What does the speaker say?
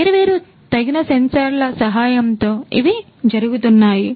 వేర్వేరు తగిన సెన్సార్ల సహాయంతో ఇవి జరుగుతున్నాయి